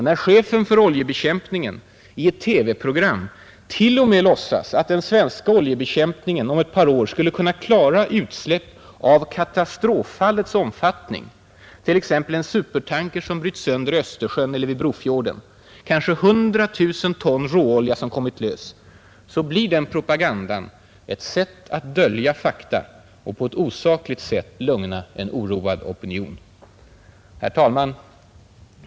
När chefen för oljebekämpningen i ett TV-program till och med låtsas att den svenska oljebekämpningen om ett par år skulle kunna klara utsläpp av katastroffallets omfattning — t.ex. en supertanker som bryts sönder i Östersjön eller Brofjorden, kanske 100 000 råolja som kommit lös — blir den propagandan ett sätt att dölja fakta och på ett osakligt sätt lugna en oroad opinion.